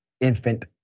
infant